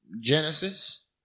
Genesis